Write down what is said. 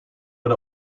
but